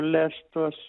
lest tuos